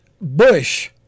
Bush